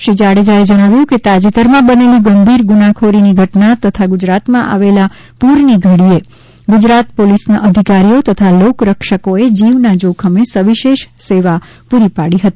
શ્રી જાડેજાએ જણાવ્યું કે તાજેતરમાં બનેલી ગંભીર ગુનાખોરીની ઘટના તથા ગુજરાતમાં આવેલા પૂરની ઘડીએ ગુજરાત પોલીસના અધિકારીઓ તથા લોક રક્ષકોએ જીવના જોખમે સવિશેષ સેવા પુરી પાડી હતી